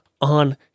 on